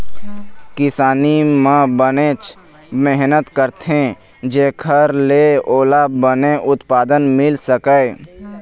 किसानी म बनेच मेहनत करथे जेखर ले ओला बने उत्पादन मिल सकय